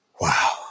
Wow